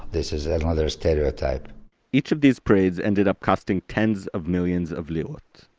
this is another stereotype each of these parades ended up costing tens of millions of lirot.